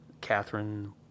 Catherine